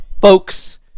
folks